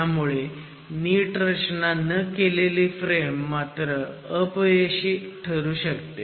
ह्यामुळे नीट रचना न केलेली फ्रेम मात्र अपयशी ठरू शकते